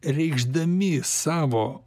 reikšdami savo